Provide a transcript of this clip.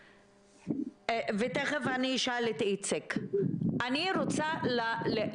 הבא הכול יהיה ממוחשב ובלחיצת כפתור תוכלו לעזור